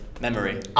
Memory